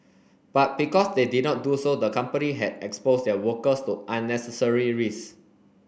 but because they did not do so the company had exposed their workers to unnecessary risks